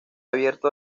abierto